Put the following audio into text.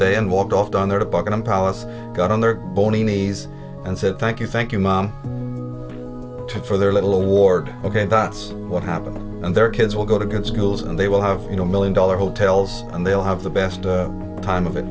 day and walked off down there to buckingham palace got on their bony knees and said thank you thank you mom for their little award ok and that's what happened and their kids will go to good schools and they will have you know million dollar hotels and they'll have the best time of it